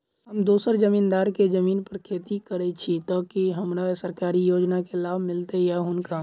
हम दोसर जमींदार केँ जमीन पर खेती करै छी तऽ की हमरा सरकारी योजना केँ लाभ मीलतय या हुनका?